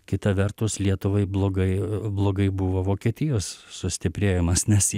kita vertus lietuvai blogai a blogai buvo vokietijos sustiprėjimas nes